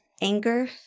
anger